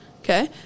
Okay